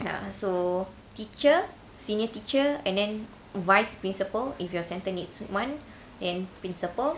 ya so teacher senior teacher and then vice principal if your centre needs one then principal